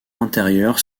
intérieurs